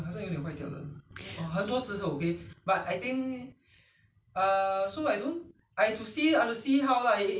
ya if the lotus root is not fresh then if yo~ you know i~ if if I I'm not free to market then maybe we just